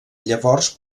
llavors